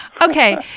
Okay